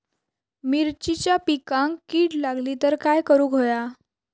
मिरचीच्या पिकांक कीड लागली तर काय करुक होया?